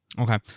Okay